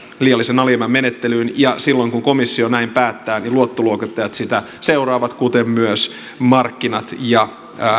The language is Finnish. liiallisen alijäämän menettelyyn ja silloin kun komissio näin päättää niin luottoluokittajat sitä seuraavat kuten myös markkinat ja